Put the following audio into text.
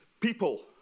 People